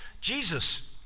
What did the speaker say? Jesus